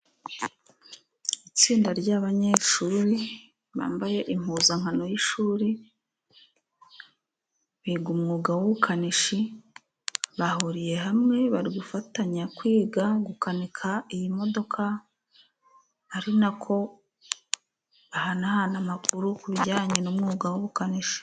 Itsinda ry'abanyeshuri bambaye impuzankano y'ishuri biga umwuga w'ubukanishi bahuriye hamwe, bari gufatanya kwiga gukanika iyi modoka, ari nako bahanahana amakuru ku bijyanye n'umwuga w'ubukanishi.